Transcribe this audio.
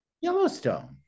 Yellowstone